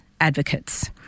advocates